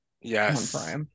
Yes